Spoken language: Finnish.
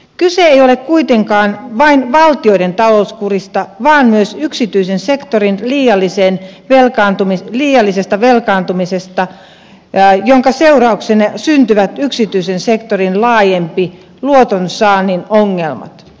kyse ei ole kuitenkaan vain valtioiden talouskurista vaan myös yksityisen sektorin liiallisesta velkaantumisesta jonka seurauksena syntyvät yksityisen sektorin laajemmat luotonsaannin ongelmat